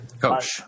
Coach